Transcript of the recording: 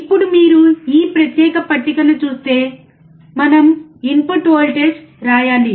ఇప్పుడు మీరు ఈ ప్రత్యేక పట్టికను చూస్తే మనము ఇన్పుట్ వోల్టేజ్ వ్రాయాలి